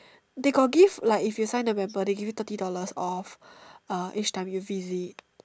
they got give like if you sign the member they give you thirty dollars off each time you visit